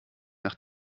nach